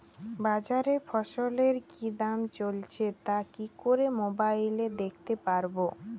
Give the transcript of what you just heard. বাজারে ফসলের কি দাম চলছে তা কি করে মোবাইলে দেখতে পাবো?